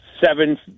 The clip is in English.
seven